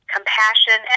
compassion